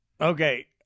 Okay